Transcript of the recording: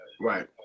Right